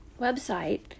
website